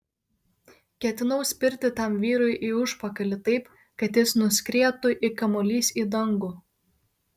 ketinau spirti tam vyrui į užpakalį taip kad jis nuskrietų it kamuolys į dangų